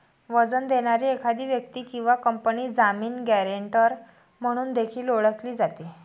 वचन देणारी एखादी व्यक्ती किंवा कंपनी जामीन, गॅरेंटर म्हणून देखील ओळखली जाते